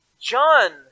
john